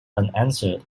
unanswered